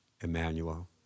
Emmanuel